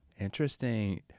Interesting